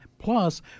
Plus